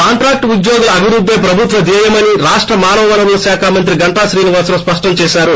contract ఉద్యోగుల అభివృద్దే ప్రభుత్వ ధ్యేయమని రాష్ట మానవవనరుల శాఖ మంత్రి గంటా శ్రీనివాసరావు స్పష్టం చేశారు